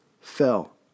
fell